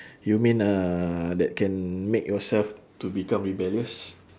you mean uh that can make yourself to become rebellious